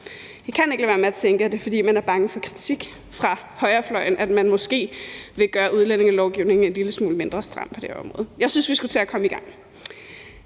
kan ikke lade være med at tænke, om det er, fordi man er bange for kritik fra højrefløjen, at man måske vil gøre udlændingelovgivningen en lille smule mindre stram på det her område. Jeg synes, vi skulle til at komme i gang.